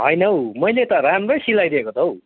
होइन हौ मैले त राम्रै सिलाइदिएको त हौ